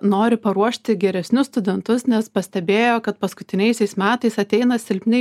nori paruošti geresnius studentus nes pastebėjo kad paskutiniaisiais metais ateina silpnai